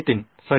ನಿತಿನ್ ಸರಿ